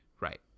Right